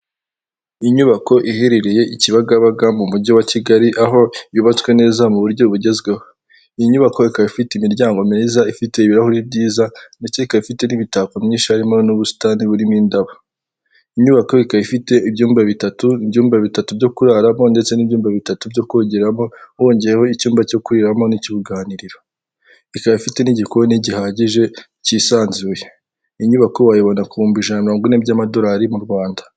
Inyubako iherereye i Kibagabaga mu Mujyi wa Kigali aho yubatswe neza mu buryo bugezweho, iyi nyubako ikaba ifite imiryango meza, ifite ibirahure byiza ndetse ikaba ifite n'imitako myinshi harimo n'ubusitani burimo indabo. Inyubako ikaba ifite ibyumba bitatu, ibyumba bitatu byo kuraramo ndetse n'ibyumba bitatu byo kogeramo, wongeyeho icyumba cyo kuriramo n'icy'uruganiriro, ikaba ifite n'igikoni gihagije kisanzuye. Iyi nyubako bayibona ku bihumbi ijana na mirongo ine by'amadorari mu Rwanda.